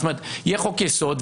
יהיה חוק-יסוד,